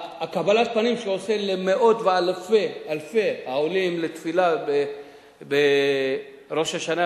קבלת הפנים שהוא עושה למאות ואלפי העולים לתפילה בראש השנה,